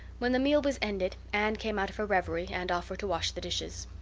when the meal was ended anne came out of her reverie and offered to wash the dishes.